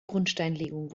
grundsteinlegung